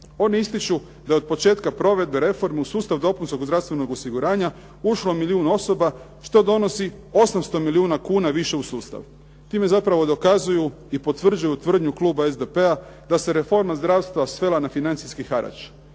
Oni ističu da je od početka provedbe reforme u sustav dopunskog zdravstvenog osiguranja ušlo milijun osoba što donosi 800 milijuna kuna više u sustav. Time zapravo dokazuju i potvrđuju tvrdnju kluba SDP-a da se reforma zdravstva svela na financijski harač.